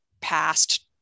past